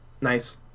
Nice